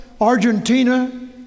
Argentina